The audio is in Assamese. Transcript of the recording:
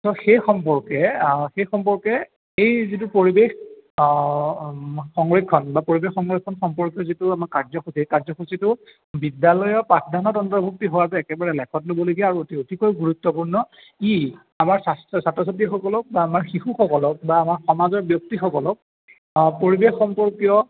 ত' সেই সম্পৰ্কে সেই সম্পৰ্কে এই যিটো পৰিৱেশ সংৰক্ষণ বা পৰিৱেশ সংৰক্ষণ সম্পৰ্কীয় যিটো আমাৰ কাৰ্যসূচী এই কাৰ্যসূচীটো বিদ্যালয়ৰ পাঠদানত অন্তৰ্ভুক্তি হোৱাটো একেবাৰে লেখত ল'বলগীয়া আৰু অতি অতিকৈ গুৰুত্বপূৰ্ণ ই আমাৰ ছাস্ত ছাত্ৰ ছাত্ৰীসকলক বা আমাৰ শিশুসকলক বা আমাৰ সমাজৰ ব্যক্তিসকলক পৰিৱেশ সম্পৰ্কীয়